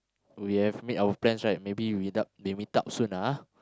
we have made our plans right maybe we maybe we meet up soon ah